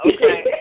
Okay